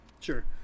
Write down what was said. sure